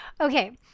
okay